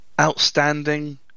outstanding